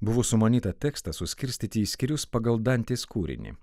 buvo sumanyta tekstą suskirstyti į skyrius pagal dantės kūrinį